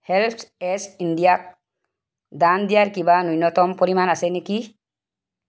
helps as ইণ্ডিয়াক দান দিয়াৰ কিবা ন্যূনতম পৰিমাণ আছে নেকি